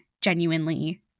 genuinely